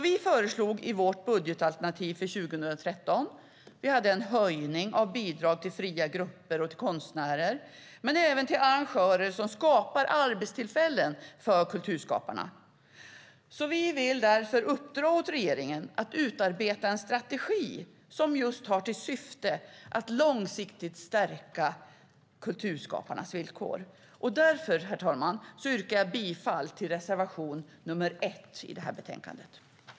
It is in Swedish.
Vi föreslog i vårt budgetalternativ för 2013 en höjning av bidragen till fria grupper och konstnärer men även till arrangörer som skapar arbetstillfällen för kulturskapare. Vi vill därför uppdra åt regeringen att utarbeta en strategi som har till syfte att långsiktigt stärka kulturskaparnas villkor. Därför, herr talman, yrkar jag bifall till reservation nr 1 i betänkandet.